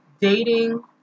Dating